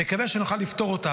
נקווה שנוכל לפתור אותה,